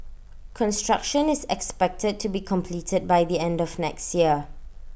construction is expected to be completed by the end of next year